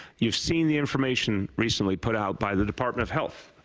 you have seen the information recently put out by the department of health.